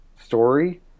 story